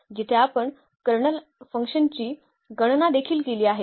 जिथे आपण kernel F ची गणना देखील केली आहे